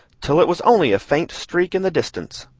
till it was only a faint streak in the distance.